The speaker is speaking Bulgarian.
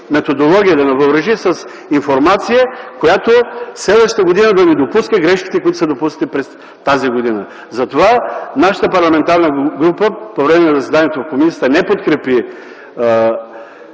методология, да ни въоръжи с информация, която следващата година да не допуска грешките, които са допуснати през тази година. Затова нашата парламентарна група по време на заседанието на комисията не подкрепи